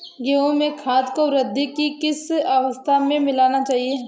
गेहूँ में खाद को वृद्धि की किस अवस्था में मिलाना चाहिए?